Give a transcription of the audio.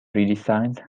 redesigned